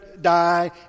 die